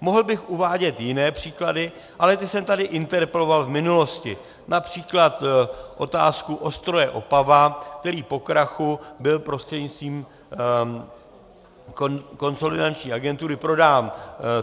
Mohl bych uvádět jiné příklady, ale ty jsem tady interpeloval v minulosti, např. otázku Ostroje Opava, který po krachu byl prostřednictvím Konsolidační agentury prodán